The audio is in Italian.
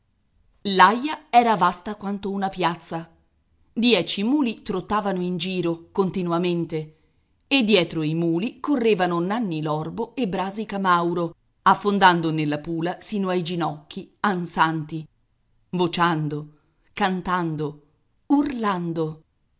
l'aia era vasta quanto una piazza dieci muli trottavano in giro continuamente e dietro i muli correvano nanni l'orbo e brasi camauro affondando nella pula sino ai ginocchi ansanti vociando cantando urlando